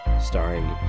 starring